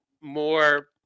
more